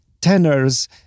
tenors